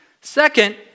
Second